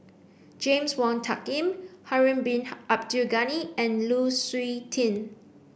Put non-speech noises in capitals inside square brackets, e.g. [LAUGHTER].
James Wong Tuck Yim Harun Bin [UNINTELLIGIBLE] Abdul Ghani and Lu Suitin